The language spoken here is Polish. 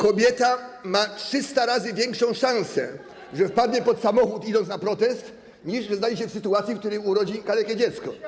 Kobieta ma 300 razy większą szansę, że wpadnie pod samochód, idąc na protest, niż znajdzie się w sytuacji, w której urodzi kalekie dziecko.